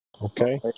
Okay